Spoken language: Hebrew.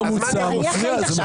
היושב-ראש סליחה, יש עתיד לא דיברו.